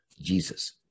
Jesus